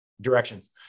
directions